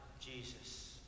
Jesus